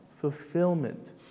fulfillment